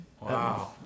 Wow